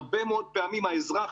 הרבה מאוד פעמים האזרח,